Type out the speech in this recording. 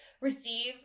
receive